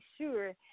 sure